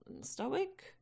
stoic